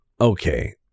okay